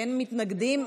אין מתנגדים.